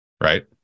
right